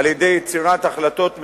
היא יצירת החלטות ממשלה,